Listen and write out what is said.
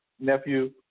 Nephew